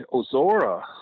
Ozora